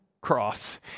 cross